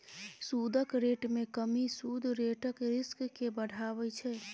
सुदक रेट मे कमी सुद रेटक रिस्क केँ बढ़ाबै छै